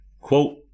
Quote